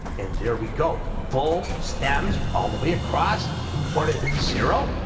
and there we go full stands all the way across imported and zero